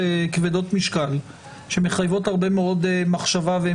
השינוי המרכזי בתחום האכיפתי זה מעבר מהתחום הפלילי לעיצומי.